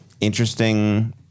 interesting